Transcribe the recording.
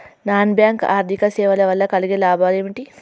Non bank ఆర్థిక సేవల వల్ల కలిగే లాభాలు ఏమిటి?